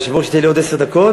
היושב-ראש ייתן לי עוד עשר דקות?